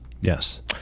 Yes